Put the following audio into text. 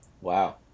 Wow